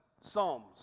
psalms